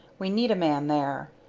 we need a man there.